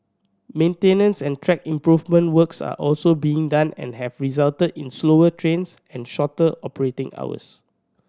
maintenance and track improvement works are also being done and have resulted in slower trains and shorter operating hours